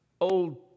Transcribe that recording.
old